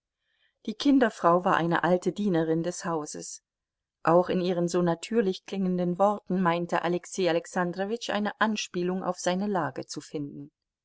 die kinderfrau war eine alte dienerin des hauses auch in ihren so natürlich klingenden worten meinte alexei alexandrowitsch eine anspielung auf seine lage zu finden